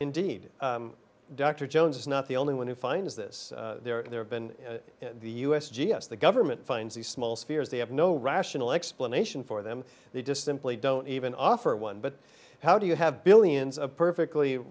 indeed dr jones is not the only one who finds this there have been the u s g s the government finds the small spheres they have no rational explanation for them they just simply don't even offer one but how do you have billions of perfectly